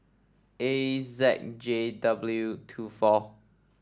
A Z J W two four